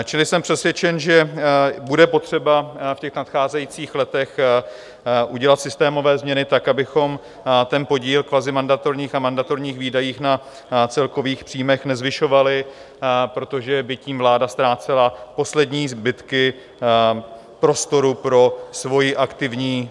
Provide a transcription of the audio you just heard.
Čili jsem přesvědčen, že bude potřeba v těch nadcházejících letech udělat systémové změny tak, abychom ten podíl kvazimandatorních a mandatorních výdajů na celkových příjmech nezvyšovali, protože by tím vláda ztrácela poslední zbytky prostoru pro svoji aktivní...